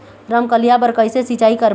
रमकलिया बर कइसे सिचाई करबो?